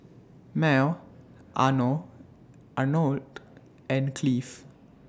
Mal Are Nor Arnold and Cleve